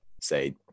say